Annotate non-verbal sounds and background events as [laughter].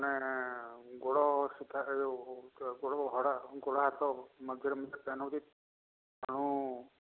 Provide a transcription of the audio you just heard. ମାନେ ଗୋଡ଼ [unintelligible] ଗୋଡ଼ [unintelligible] ଗୋଡ଼ ହାତ ମଝିରେ ମଝିରେ ପେନ୍ ହେଉଛି ତେଣୁ